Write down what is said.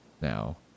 now